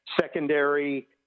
Secondary